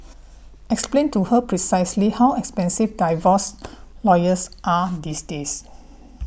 explain to her precisely how expensive divorce lawyers are these days